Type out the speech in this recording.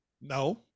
No